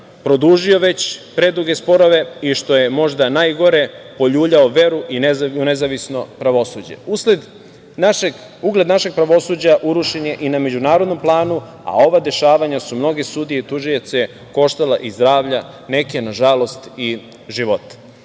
produžio već preduge sporove, i što je možda najgore, poljuljao veru u nezavisno pravosuđe. Ugled našeg pravosuđa urušen je i na međunarodnom planu, a ova dešavanja su mnoge sudije i tužioce koštala i zdravlja, neke nažalost, i života. Sad